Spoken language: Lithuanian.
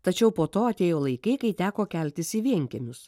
tačiau po to atėjo laikai kai teko keltis į vienkiemius